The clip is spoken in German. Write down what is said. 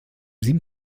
sieben